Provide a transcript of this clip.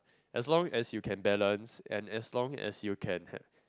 as long as you can balance and as long as you can